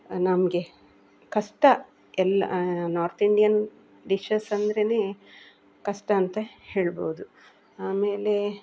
ನಮಗೆ ಕಷ್ಟ ಎಲ್ಲ ನಾರ್ತ್ ಇಂಡಿಯನ್ ಡಿಶಸ್ ಅಂದರೇನೆ ಕಷ್ಟ ಅಂತ ಹೇಳ್ಬೋದು ಆಮೇಲೆ